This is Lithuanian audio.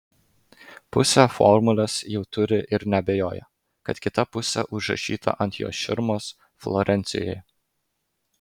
pusę formulės jau turi ir neabejoja kad kita pusė užrašyta ant jos širmos florencijoje